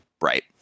right